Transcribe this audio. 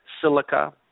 silica